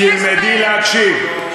תלמדי להקשיב.